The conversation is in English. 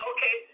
Okay